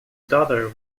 daughter